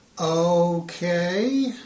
Okay